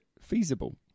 feasible